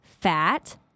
fat